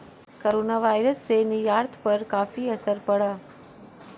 coronavirus से निर्यात पर काफी असर पड़ा